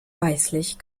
weißlich